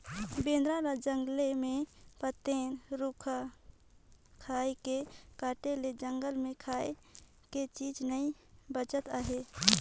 बेंदरा ल जंगले मे पातेन, रूख राई के काटे ले जंगल मे खाए के चीज नइ बाचत आहे